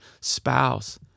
spouse